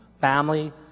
family